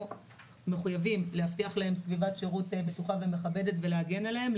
מחויבים להבטיח להם סביבת שירות בטוחה ומכבדת ולהגן עליהם,